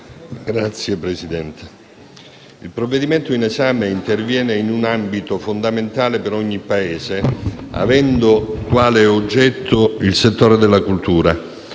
Signor Presidente, il provvedimento in esame interviene in un ambito fondamentale per ogni Paese, avendo quale oggetto il settore della cultura,